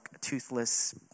toothless